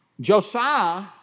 Josiah